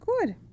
Good